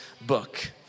book